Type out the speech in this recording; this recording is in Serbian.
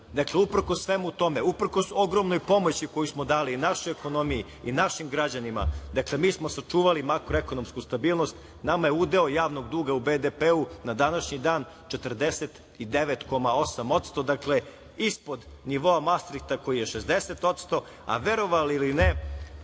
dakle, uprkos svemu tome, uprkos ogromnoj pomoći koju smo dali i našoj ekonomiji i našim građanima, mi smo sačuvali makroekonomsku stabilnost. Nama je udeo javnog duga u BDP-u na današnji dan 49,8%, dakle, ispod nivoa Mastrihta, koji je 60%, a verovali ili ne,